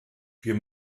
wir